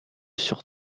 sur